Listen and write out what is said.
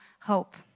hope